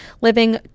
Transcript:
living